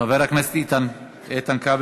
חבר הכנסת איתן כבל,